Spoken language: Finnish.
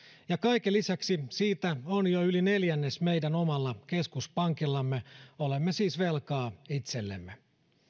ja kaiken lisäksi siitä on jo yli neljännes meidän omalla keskuspankillamme olemme siis velkaa itsellemme